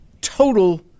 total